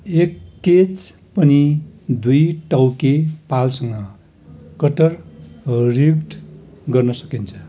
एक केच पनि दुई टाउके पालसँग कटर रिग्ड गर्न सकिन्छ